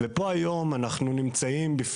אז לפני 6 שנים ועדיין לא טופלה,